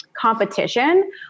competition